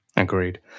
Agreed